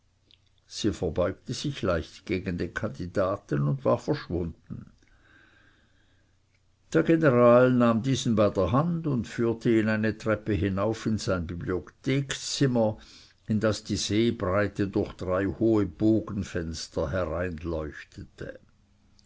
sie verbeugte sich leicht gegen den kandidaten und war verschwunden der general nahm diesen bei der hand und führte ihn eine treppe hinauf in sein bibliothekzimmer in das die seebreite durch drei hohe bogenfenster